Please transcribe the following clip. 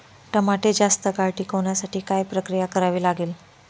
टमाटे जास्त काळ टिकवण्यासाठी काय प्रक्रिया करावी लागेल?